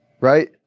Right